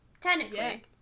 Technically